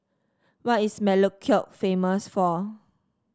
what is Melekeok famous for